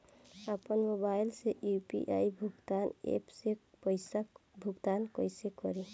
आपन मोबाइल से यू.पी.आई भुगतान ऐपसे पईसा भुगतान कइसे करि?